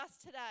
today